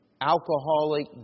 alcoholic